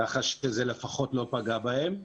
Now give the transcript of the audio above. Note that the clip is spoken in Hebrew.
כך שזה לפחות לא פגע בהם.